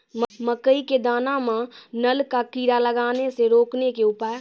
मकई के दाना मां नल का कीड़ा लागे से रोकने के उपाय?